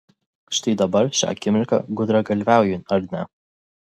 štai dabar šią akimirką gudragalviauju ar ne